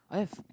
I have